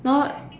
not